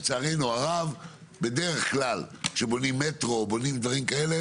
לצערנו הרב בדרך כלל כשבונים מטרו או בונים דברים כאלה